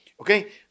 Okay